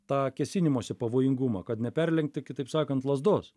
tą kėsinimosi pavojingumą kad neperlenkti kitaip sakant lazdos